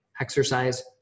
Exercise